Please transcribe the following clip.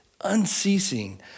unceasing